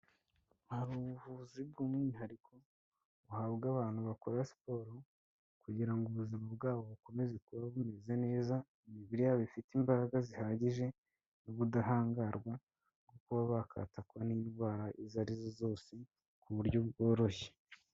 Hari ubuvuzi bw'umwihariko buhabwa abantu bakora siporo, kugira ngo ubuzima bwabo bukomeze kuba bumeze neza, imibiri yabo ifite imbaraga zihagije, n'ubudahangarwa bwo kuba bakatakwa n'indwara izo arizo zose ku buryo bworoshye.